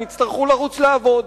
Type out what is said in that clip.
הם יצטרכו לרוץ לעבוד.